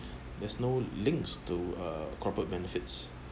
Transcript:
there's no links to a corporate benefits